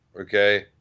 Okay